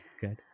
Good